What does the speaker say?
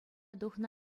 тухнӑ